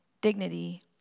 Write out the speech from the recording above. dignity